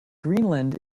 greenland